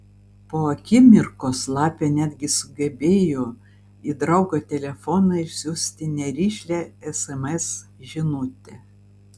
po akimirkos lapė netgi sugebėjo į draugo telefoną išsiųsti nerišlią sms žinutę